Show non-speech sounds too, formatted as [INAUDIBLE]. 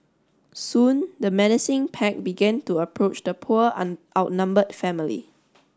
soon the menacing pack began to approach the poor [UNINTELLIGIBLE] outnumbered family